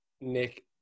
Nick